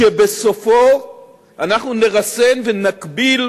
שבסופו אנחנו נרסן ונגביל